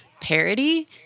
parody